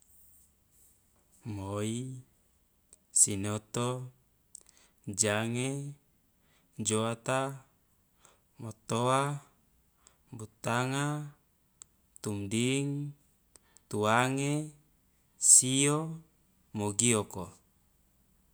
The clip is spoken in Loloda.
Moi, sinoto, jange, joata, motoa, butanga, tumding, tuange, sio, mogioko.